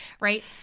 Right